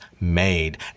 made